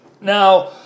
Now